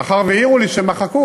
מאחר שהעירו לי שמחקו,